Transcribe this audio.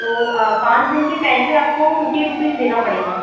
तो पाँच दिन के पैसे आपको फ़िफ्टी रुपीज़ देने पड़ेंगे